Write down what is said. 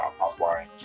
offline